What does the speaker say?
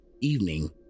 evening